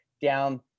down